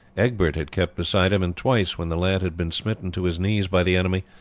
egbert had kept beside him, and twice, when the lad had been smitten to his knees by the enemy,